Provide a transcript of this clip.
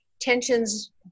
tensions